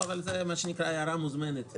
זה מה שנקרא הערה מוזמנת...